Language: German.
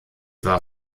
war